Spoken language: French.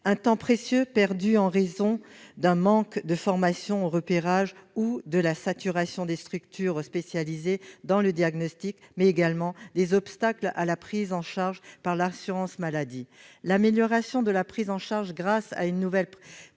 un temps précieux perdu en raison d'un manque de formation au repérage ou de la saturation des structures spécialisées dans le diagnostic, mais également des obstacles à la prise en charge par l'assurance maladie. L'amélioration de la prise en charge grâce à une nouvelle prestation